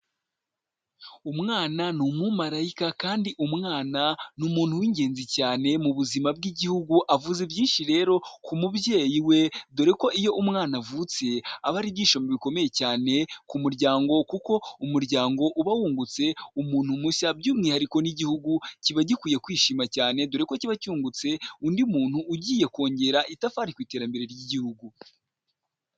Umwana ni umumarayika kandi umwana ni umuntu w'ingenzi cyane mu buzima bw'igihugu, avuze byinshi rero ku mubyeyi we dore ko iyo umwana avutse aba ari ibyishimo bikomeye cyane ku muryango kuko umuryango uba wungutse umuntu mushya by'umwihariko n'igihugu kiba gikwiye kwishima cyane dore ko kiba cyungutse undi muntu ugiye kongera itafari ku iterambere ry'igihugu.